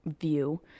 view